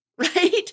right